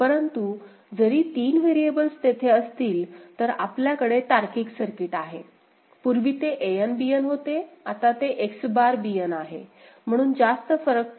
परंतु जरी 3 व्हेरिएबल्स तेथे असतील तर आपल्याकडे तार्किक सर्किट आहे पूर्वी ते An Bn होते आता ते X बार Bn आहे म्हणून जास्त फरक पडत नाही